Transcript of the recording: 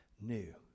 new